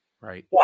Right